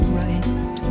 right